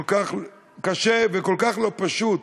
כל כך קשה וכל כך לא פשוט,